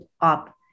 up